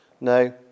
No